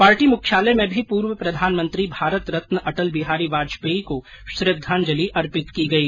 party मुख्यालय में भी पूर्व प्रधानमंत्री भारत रत्न अंटल बिहारी वाजपेयी को श्रद्धांजलि अर्पित की गई